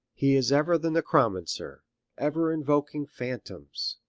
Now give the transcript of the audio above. he is ever the necromancer, ever invoking phantoms,